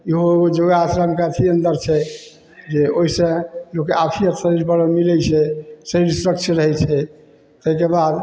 इहो एगो योगासनके अथी अन्दर छै जे ओहिसे लोकके आपसी पर मिलै छै शरीर स्वच्छ रहै छै ताहिके बाद